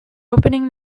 opening